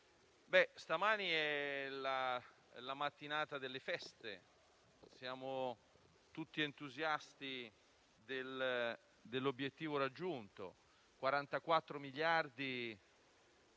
questa è la mattinata delle feste, siamo tutti entusiasti dell'obiettivo raggiunto: 44 miliardi di